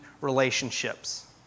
relationships